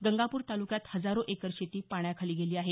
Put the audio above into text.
गंगापूर तालुक्यात हजारो एकर शेती पाण्याखाली गेली आहे